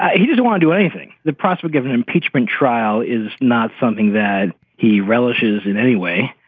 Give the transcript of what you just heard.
ah he doesn't wanna do anything. the prospect of an impeachment trial is not something that he relishes in any way,